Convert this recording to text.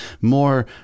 more